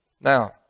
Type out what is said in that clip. Now